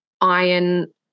iron